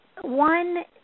one